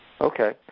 Okay